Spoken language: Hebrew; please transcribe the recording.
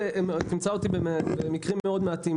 אתה תמצא אותי מסכים במקרים מאוד מעטים